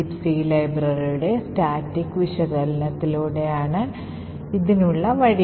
Libc ലൈബ്രറിയുടെ static വിശകലനത്തിലൂടെയാണ് ഇതിനുള്ള വഴി